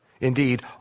Indeed